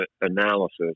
analysis